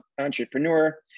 entrepreneur